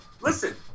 Listen